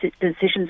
decisions